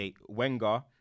Wenger